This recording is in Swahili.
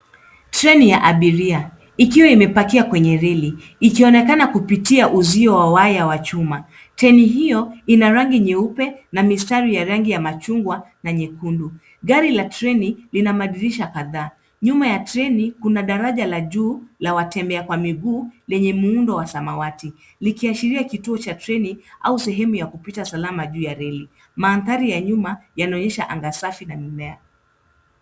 Treni ya Abiria. Ikiwa imepakia kwenye reli. Ikionekana kupitia uzio wa waya wa chuma. Teni hiyo ina rangi nyeupe na mistari ya rangi ya machungwa na nyekundu. Gari la treni lina madirisha kadhaa. Nyuma ya treni kuna daraja la juu, la watembea kwa miguu, lenye muundo wa samawati. Likiashiria kituo cha treni, au sehemu ya kupita salama juu ya reli. Maandhari ya nyuma yanoyesha anga safi na mimea.